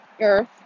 Earth